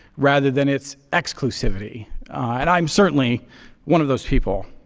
rather than its exclusivity. and i'm certainly one of those people.